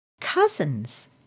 Cousins